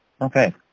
okay